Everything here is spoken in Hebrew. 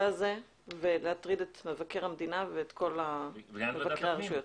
הזה ולהטריד את מבקר המדינה ואת כל מבקרי הרשויות.